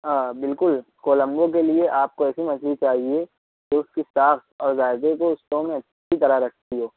ہاں بالکل کولمبو کے لیے آپ کو ایسی مچھلی چاہیے جو اس کی ساخت اور ذائقے کے حصوں میں اچھی طرح رکھتی ہو